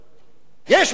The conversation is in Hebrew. יש מועצה כזו.